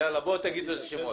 אוקי, תגידו את השמות.